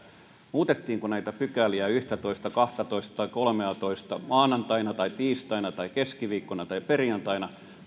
muutettiinko näitä pykäliä yksitoista kaksitoista tai pykäliä kolmetoista maanantaina tai tiistaina tai keskiviikkona tai perjantaina